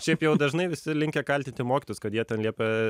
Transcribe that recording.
šiaip jau dažnai visi linkę kaltinti mokytojus kad jie liepia